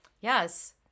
Yes